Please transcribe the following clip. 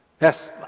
Yes